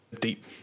deep